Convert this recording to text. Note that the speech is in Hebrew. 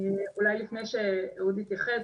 אולי לפני שאהוד יתייחס,